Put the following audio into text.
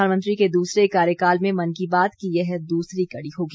प्रधानमंत्री के दूसरे कार्यकाल में मन की बात की यह दूसरी कड़ी होगी